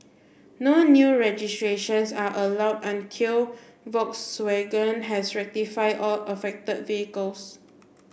no new registrations are allowed until Volkswagen has rectified all affected vehicles